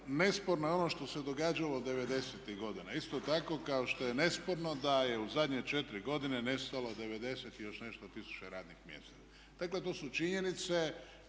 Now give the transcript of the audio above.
nesporno je ono što se događalo '90-ih godina, isto tako kao što je nesporno da je u zadnje 4 godine nestalo 90 i još nešto tisuća radnih mjesta.